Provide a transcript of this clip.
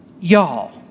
y'all